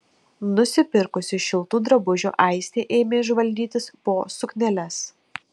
nusipirkusi šiltų drabužių aistė ėmė žvalgytis po sukneles